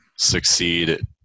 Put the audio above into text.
succeed